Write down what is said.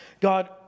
God